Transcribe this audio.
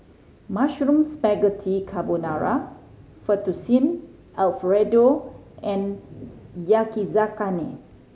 Mushroom Spaghetti Carbonara Fettuccine Alfredo and Yakizakana